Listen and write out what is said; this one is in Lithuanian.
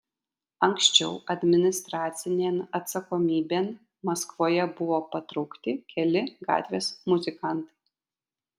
anksčiau administracinėn atsakomybėn maskvoje buvo patraukti keli gatvės muzikantai